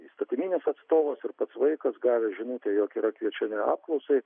įstatyminis atstovas ir pats vaikas gavęs žinutę jog yra kviečiami apklausai